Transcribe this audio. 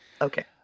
Okay